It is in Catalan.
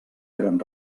eren